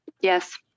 yes